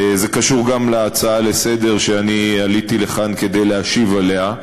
זה קשור גם להצעה לסדר-היום שאני עליתי לכאן כדי להשיב עליה.